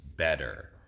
Better